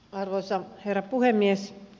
arvoisa herra puhemies